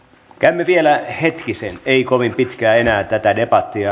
käymme vielä hetkisen ei kovin pitkään enää tätä debattia